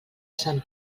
sant